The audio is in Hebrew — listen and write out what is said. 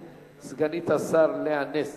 הצעת החוק הבאה על סדר-היום